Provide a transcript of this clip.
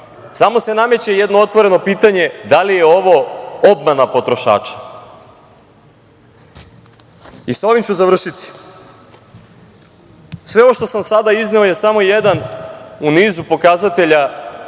samo se nameće jedno otvoreno pitanje – da li je ovo obmana potrošača? Sa ovim ću završiti. Sve ovo što sam sada izneo je samo jedan u nizu pokazatelja